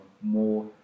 more